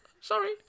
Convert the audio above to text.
sorry